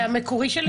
מהמקורי שלי?